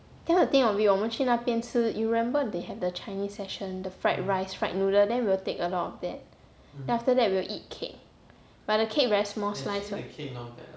then to think of it 我们去那边吃 you remember they have the chinese section the fried rice fried noodle then we will take a lot of that then after that we will eat cake but the cake very small slice [what]